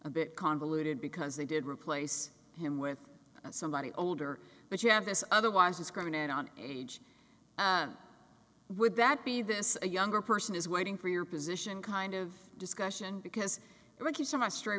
a bit convoluted because they did replace him with somebody older but you have this otherwise discriminate on age would that be this a younger person is waiting for your position kind of discussion because rick you sa